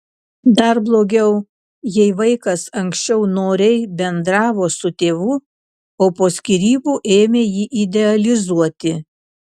dar blogiau jei vaikas anksčiau noriai bendravo su tėvu o po skyrybų ėmė jį idealizuoti